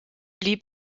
blieb